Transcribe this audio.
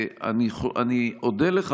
אני אודה לך,